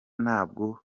ntabwo